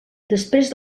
després